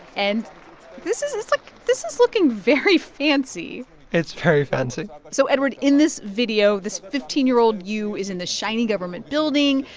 and this is it's like this is looking very fancy it's very fancy so eduard, in this video, this fifteen year old you is in this shiny government building.